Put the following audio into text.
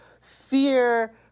fear